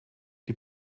die